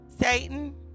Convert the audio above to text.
Satan